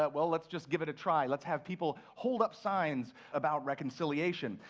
but well let's just give it a try. let's have people hold up signs about reconciliation.